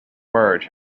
merge